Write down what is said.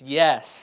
yes